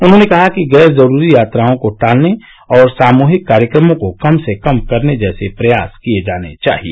उन्होंने कहा कि गैर जरूरी यात्राओं को टालने और सामृहिक कार्यक्रमों को कम से कम करने जैसे प्रयास किये जाने चाहिए